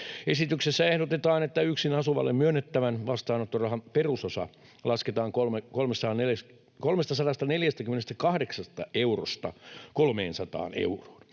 Esityksessä ehdotetaan, että yksin asuvalle myönnettävän vastaanottorahan perusosa lasketaan 348 eurosta 300 euroon.